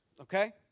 okay